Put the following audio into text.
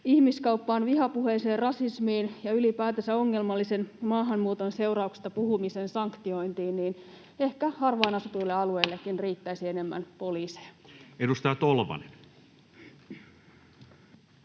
ihmiskauppaan, vihapuheeseen, rasismiin ja ylipäätänsä ongelmallisen maahanmuuton seurauksista puhumisen sanktiointiin, niin ehkä harvaan asutuille alueillekin riittäisi enemmän poliiseja. [Speech